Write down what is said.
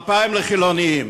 ו-2,000 לחילונים.